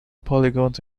polygons